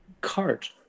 cart